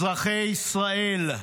אזרחי ישראל,